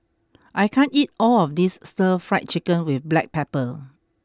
I can't eat all of this Stir Fried Chicken with Black Pepper